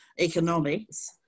economics